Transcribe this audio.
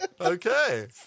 Okay